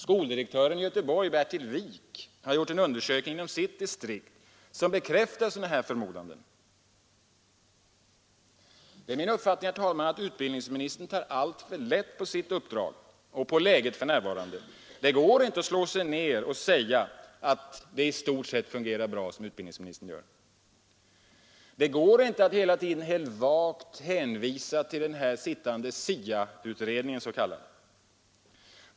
Skoldirektören i Göteborg, Bertil Wijk, har gjort en undersökning inom sitt distrikt som bekräftar sådana här förmodanden. Det är min uppfattning, herr talman, att utbildningsministern tar alltför lätt på sitt uppdrag och på läget för närvarande. Det går inte att slå sig ner och säga att ”det i stort sett fungerar bra”, som utbildningsministern gör. Det går inte att hela tiden vagt hänvisa till den sittande s.k. SIA-utredningen.